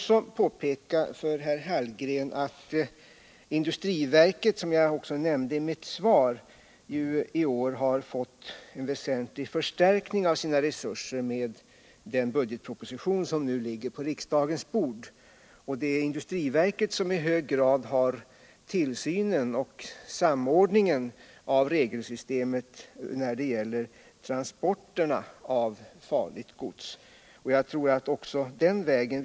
Som jag nämner i mitt svar föreslås också i den budgetproposition som nu ligger på riksdagens bord att industriverket, som i hög grad svarar för tillsynen och samordningen av regelsystemet när det gäller transporterna av farligt gods, får väsentligt förstärkta resurser.